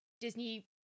Disney